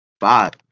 Five